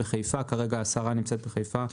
כרגע השרה נמצאת בחיפה,